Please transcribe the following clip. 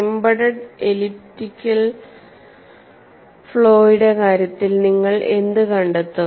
embedded elliptical ഫ്ലോയുടെ കാര്യത്തിൽ നിങ്ങൾ എന്ത് കണ്ടെത്തും